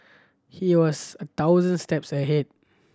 he was a thousand steps ahead